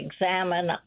examine